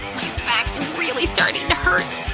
back's really starting to hurt!